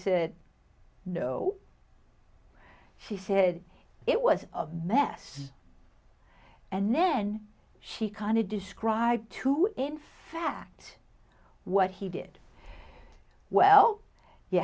said no she said it was a mess and then she kind of described to in fact what he did well you